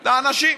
האנשים.